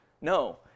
No